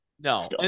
No